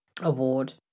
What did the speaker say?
award